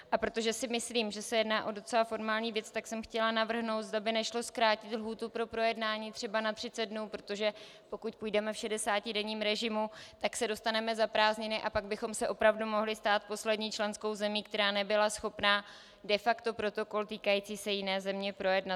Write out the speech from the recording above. A protože se myslím, že se jedná o docela formální věc, chtěla jsem navrhnout, zda by nešlo zkrátit lhůtu pro projednání třeba na 30 dnů, protože pokud pojedeme v šedesátidenním režimu, tak se dostaneme za prázdniny, a pak bychom se opravdu mohli stát poslední členskou zemí, která nebyla schopna de facto protokol týkající se jiné země projednat.